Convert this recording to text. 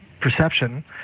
perception